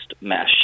mass